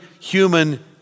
human